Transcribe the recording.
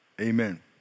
amen